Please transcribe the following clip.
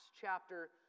chapter